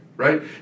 right